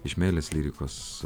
iš meilės lyrikos